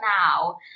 now